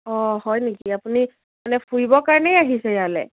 অঁ হয় নেকি আপুনি মানে ফুৰিবৰ কাৰণেই আহিছে ইয়ালে